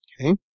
Okay